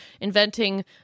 inventing